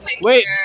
wait